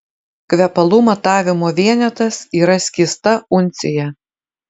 kvepalų matavimo vienetas yra skysta uncija